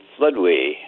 floodway